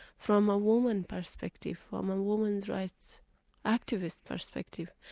from a woman's perspective, from a woman's rights activist perspective.